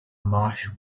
marsh